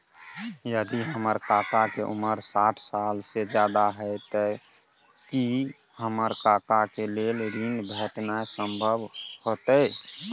यदि हमर काका के उमर साठ साल से ज्यादा हय त की हमर काका के लेल ऋण भेटनाय संभव होतय?